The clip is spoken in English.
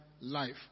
life